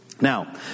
Now